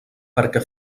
perquè